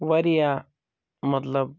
واریاہ مَطلَب